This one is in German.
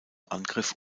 angriff